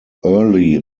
early